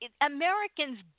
Americans